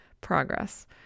progress